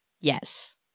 Yes